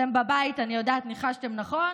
אתם בבית, אני יודעת, ניחשתם נכון: